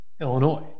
Illinois